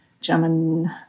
German